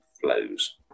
flows